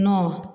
नओ